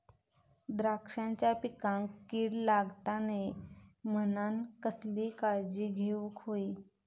द्राक्षांच्या पिकांक कीड लागता नये म्हणान कसली काळजी घेऊक होई?